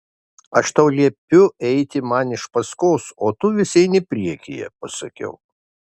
aš tau liepiu eiti man iš paskos o tu vis eini priekyje pasakiau